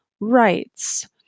rights